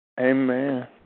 Amen